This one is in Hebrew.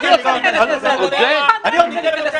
אני רוצה להיכנס לדיון, על החוצפה הזאת.